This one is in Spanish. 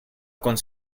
con